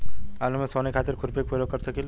आलू में सोहनी खातिर खुरपी के प्रयोग कर सकीले?